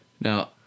Now